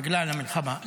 בגלל המלחמה.